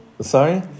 Sorry